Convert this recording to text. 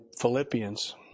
Philippians